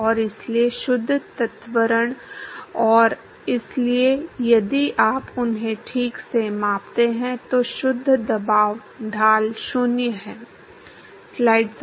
और इसलिए शुद्ध त्वरण और इसलिए यदि आप उन्हें ठीक से मापते हैं तो शुद्ध दबाव ढाल 0 है